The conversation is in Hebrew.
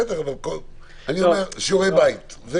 שיעורי בית.